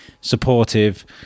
supportive